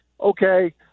okay